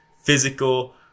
physical